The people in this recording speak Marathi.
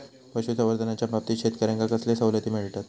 पशुसंवर्धनाच्याबाबतीत शेतकऱ्यांका कसले सवलती मिळतत?